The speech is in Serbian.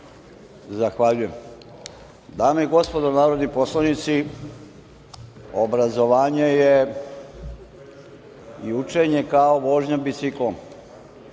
Zahvaljujem. Dame i gospodo narodni poslanici, obrazovanje i učenje je kao vožnja biciklom,